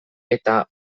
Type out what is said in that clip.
eta